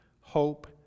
hope